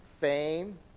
fame